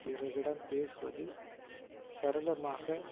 பிறரிடம் பேசுவது சரளமாக